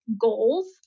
goals